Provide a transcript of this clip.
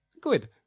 Good